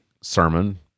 sermon